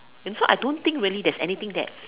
and so I don't think really there's anything that